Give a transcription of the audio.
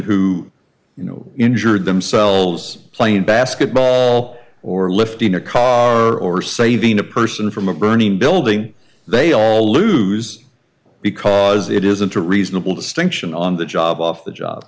who you know injured themselves playing basketball or lifting a car or saving a person from a burning building they all lose because it isn't a reasonable distinction on the job off the job